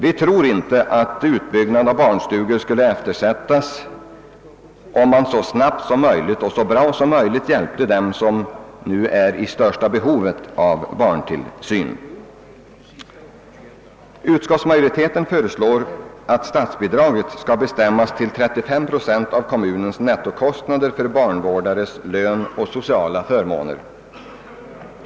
Vi tror inte att utbyggnaden av barnstugor skulle eftersättas, om man så snabbt som möjligt och så bra som möjligt hjälpte dem som nu är i det största behovet av barntillsyn. Utskottsmajoriteten föreslår att statsbidraget skall bestämmas till 35 procent av kommunens nettokostnader för dagbarnsvårdarens lön och sociala förmåner.